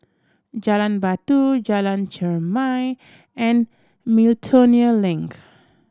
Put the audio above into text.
Jalan Batu Jalan Chermai and Miltonia Link